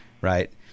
right